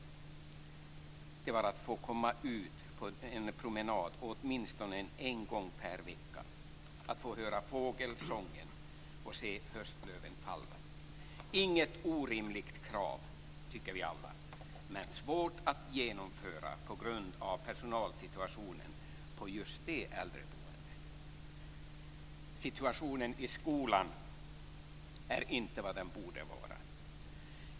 Det var att få komma ut på en promenad åtminstone en gång per vecka och höra fågelsången och se höstlöven falla. Vi tycker alla att det inte är något orimligt krav, men det är svårt att genomföra på grund av personalsituationen på just det äldreboendet. Situationen i skolan är inte vad den borde vara.